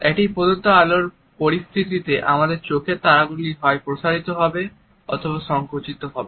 একটি প্রদত্ত আলোর পরিস্থিতিতে আমাদের চোখের তারাগুলি হয় প্রসারিত হবে অথবা সংকুচিত হবে